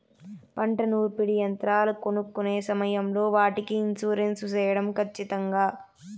పంట నూర్పిడి యంత్రాలు కొనుక్కొనే సమయం లో వాటికి ఇన్సూరెన్సు సేయడం ఖచ్చితంగా?